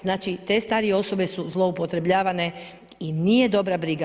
Znači te starije osobe su zloupotrebljavane i nije dobra briga.